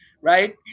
right